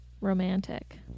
Romantic